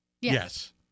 yes